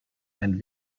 ein